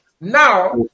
Now